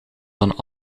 van